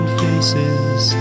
faces